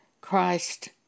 Christ